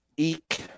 Eek